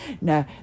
no